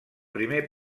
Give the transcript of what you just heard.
primer